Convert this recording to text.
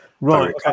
Right